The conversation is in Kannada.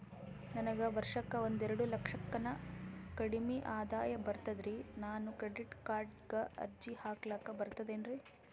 ನನಗ ವರ್ಷಕ್ಕ ಒಂದೆರಡು ಲಕ್ಷಕ್ಕನ ಕಡಿಮಿ ಆದಾಯ ಬರ್ತದ್ರಿ ನಾನು ಕ್ರೆಡಿಟ್ ಕಾರ್ಡೀಗ ಅರ್ಜಿ ಹಾಕ್ಲಕ ಬರ್ತದೇನ್ರಿ?